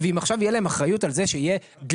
ואם עכשיו תהיה להן אחריות על זה שתהיה דליקה,